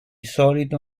solito